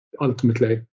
ultimately